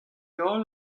holl